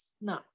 No